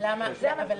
אבל למה?